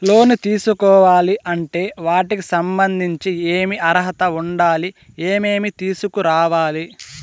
లోను తీసుకోవాలి అంటే వాటికి సంబంధించి ఏమి అర్హత ఉండాలి, ఏమేమి తీసుకురావాలి